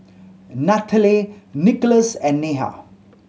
Nathalie Nicolas and Neha